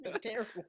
Terrible